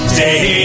day